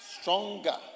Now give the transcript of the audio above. stronger